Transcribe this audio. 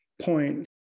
point